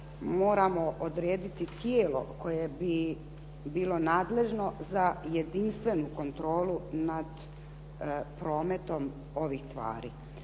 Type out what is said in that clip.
moramo odrediti tijelo koje bi bilo nadležno za jedinstvenu kontrolu nad prometom ovih tvari.